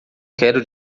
quero